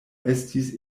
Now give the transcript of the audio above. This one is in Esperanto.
estis